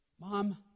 Mom